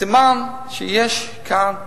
סימן שיש כאן בעיה.